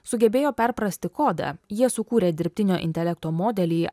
sugebėjo perprasti kodą jie sukūrė dirbtinio intelekto modelį